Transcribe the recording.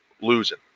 losing